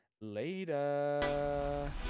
later